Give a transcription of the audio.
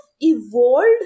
evolved